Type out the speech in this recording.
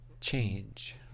change